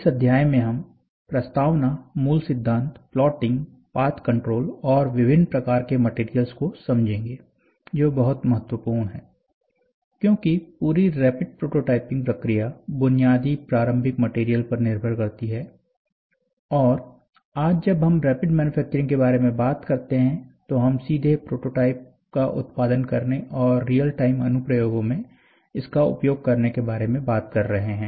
इस अध्याय में हम प्रस्तावना मूल सिद्धांत प्लॉटिंग पाथ कंट्रोल और विभिन्न प्रकार के मटेरियल्स को समझेंगे जो बहुत महत्वपूर्ण है क्योंकि पूरी रैपिड प्रोटोटाइपिंग प्रक्रिया बुनियादी प्रारंभिक मटेरियल पर निर्भर करती है और आज जब हम रैपिड मैन्युफैक्चरिंग के बारे में बात करते हैं तो हम सीधे प्रोटोटाइप का उत्पादन करने और रियल टाइम अनुप्रयोगों में इसका उपयोग करने के बारे में बात कर रहे हैं